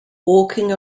walking